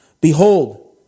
Behold